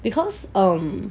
because um